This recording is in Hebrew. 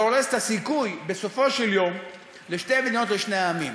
הורס את הסיכוי בסופו של יום לשתי מדינות לשני העמים.